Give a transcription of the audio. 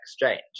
exchange